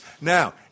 Now